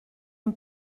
amb